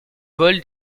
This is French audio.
vol